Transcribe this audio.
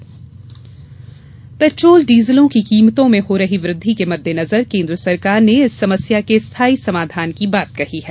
Ravishankar petrol डीजलों की कीमतों में हो रही वृद्धि के मददेनजर केन्द्र सरकार ने इस समस्या के स्थायी समाधान की बात कही है